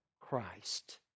Christ